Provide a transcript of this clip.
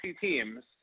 teams